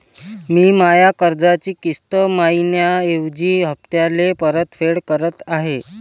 मी माया कर्जाची किस्त मइन्याऐवजी हप्त्याले परतफेड करत आहे